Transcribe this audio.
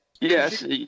Yes